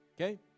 Okay